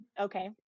Okay